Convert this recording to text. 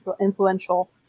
influential